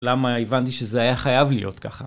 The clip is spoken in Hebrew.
למה הבנתי שזה היה חייב להיות ככה?